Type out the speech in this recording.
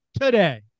today